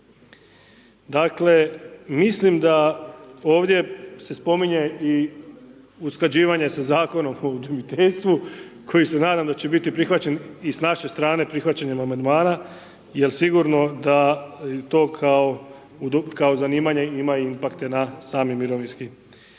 Dakle, mislim da ovdje se spominje i usklađivanje sa Zakonom o udomiteljstvu koji se nadam da će biti prihvaćen i s naše strane prihvaćanjem amandmana jer sigurno da to kao zanimanje ima impakte na sami mirovinski sustav.